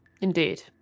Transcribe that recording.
Indeed